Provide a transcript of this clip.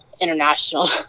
international